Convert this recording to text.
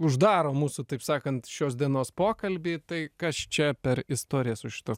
uždaro mūsų taip sakant šios dienos pokalbį tai kas čia per istorija su šituo